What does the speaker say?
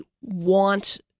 want